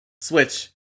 Switch